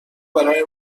برای